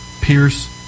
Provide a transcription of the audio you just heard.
pierce